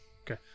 Okay